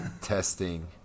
testing